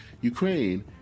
Ukraine